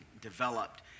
developed